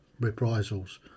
reprisals